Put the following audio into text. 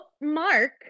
mark